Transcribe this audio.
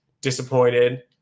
disappointed